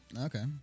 okay